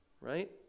right